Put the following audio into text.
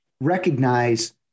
recognize